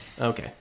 okay